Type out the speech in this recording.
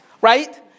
Right